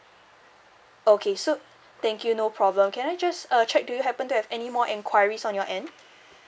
okay so thank you no problem can I just uh check do you happen to have any more enquiries on your end